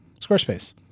Squarespace